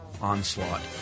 onslaught